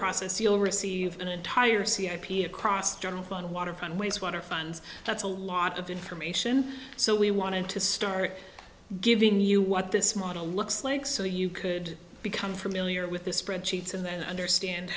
process you'll receive an entire c r p across general fund waterfront wastewater funds that's a lot of information so we wanted to start giving you what this model looks like so you could become familiar with the spread sheets and then understand